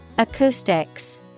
Acoustics